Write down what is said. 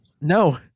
No